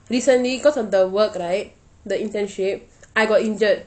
recently because of the work right the internship I got injured